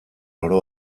oro